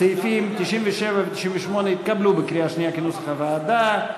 סעיפים 97 ו-98 התקבלו בקריאה שנייה כנוסח הוועדה.